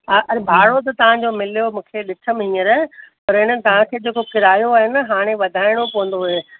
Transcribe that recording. हा अरे भाड़ो त तव्हांजो मिलियो मूंखे ॾिठमि हींअर पर हेन तव्हांखे जेको किरायो आहे अन हाणे वधाइणो पवंदव